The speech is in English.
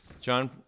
John